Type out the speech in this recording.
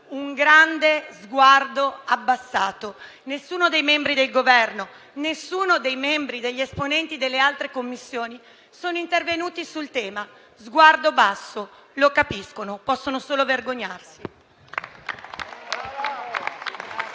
trovato sguardi abbassati. Nessuno dei membri del Governo, nessuno degli esponenti delle altre Commissioni è intervenuto sul tema: sguardo basso. Lo capiscono: possono solo vergognarsi.